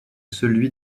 celui